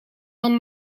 van